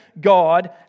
God